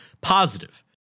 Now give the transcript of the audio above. positive